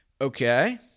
okay